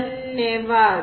धन्यवाद